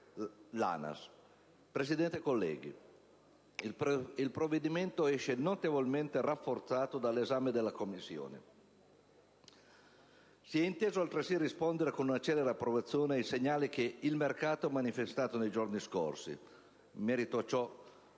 Presidente, colleghi, il provvedimento esce notevolmente rafforzato dall'esame della Commissione. Si è inteso altresì rispondere con una celere approvazione ai segnali che il mercato ha manifestato nei giorni scorsi. In merito a ciò,